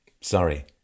sorry